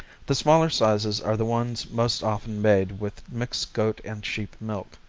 the smaller sizes are the ones most often made with mixed goat and sheep milk.